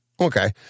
Okay